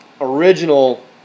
original